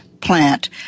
plant